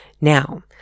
Now